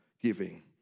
giving